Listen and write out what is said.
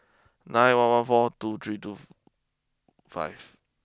nine one one four two three Tofu five